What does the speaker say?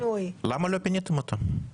למה לא פיניתם אותם?